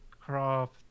craft